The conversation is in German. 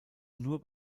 nur